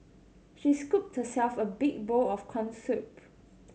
she scooped herself a big bowl of corn soup